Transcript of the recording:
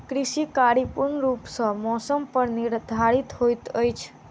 कृषि कार्य पूर्ण रूप सँ मौसम पर निर्धारित होइत अछि